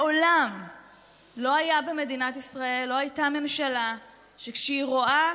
מעולם לא הייתה במדינת ישראל ממשלה שכשהיא רואה